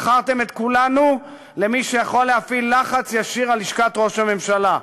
מכרתם את כולנו למי שיכול להפעיל לחץ ישיר על לשכת ראש הממשלה,